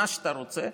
מה שאתה רוצה,